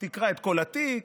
תקרא את כל התיק,